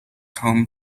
home